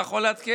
אתה יכול לעדכן?